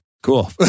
Cool